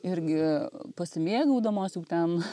irgi pasimėgaudamos jau ten